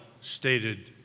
stated